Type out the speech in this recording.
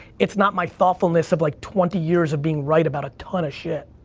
it's not my thoughtfulness of like, twenty years of being right about a ton of shit.